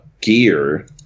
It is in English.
gear